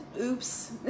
oops